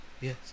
yes